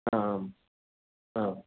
आम् आम्